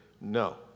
No